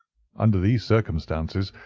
under these circumstances,